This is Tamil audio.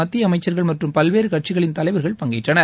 மத்திய அமைச்சர்கள் மற்றும் பல்வேறு கட்சிகளின் தலைவர்கள் பங்கேற்றனர்